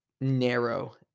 narrow